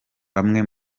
bamwe